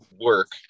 work